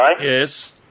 Yes